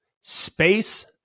space